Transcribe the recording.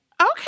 Okay